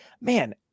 man